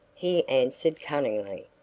he answered cunningly.